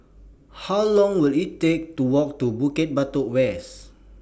How Long Will IT Take to Walk to Bukit Batok West